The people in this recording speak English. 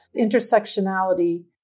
intersectionality